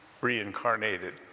reincarnated